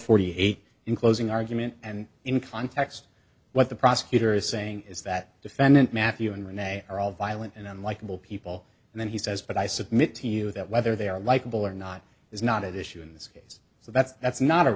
forty eight in closing argument and in context what the prosecutor is saying is that defendant matthew and renee are all violent and unlikable people and then he says but i submit to you that whether they are likable or not is not at issue in this case so that's that's not a